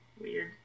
Weird